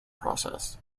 process